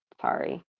sorry